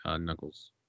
Knuckles